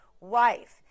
wife